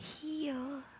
heal